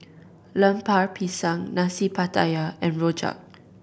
Lemper Pisang Nasi Pattaya and rojak